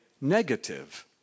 negative